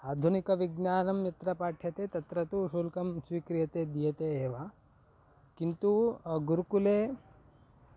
आधुनिकविज्ञानं यत्र पाठ्यते तत्र तु शुल्कं स्वीक्रियते दीयते एव किन्तु गुरुकुले